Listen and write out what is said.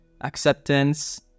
acceptance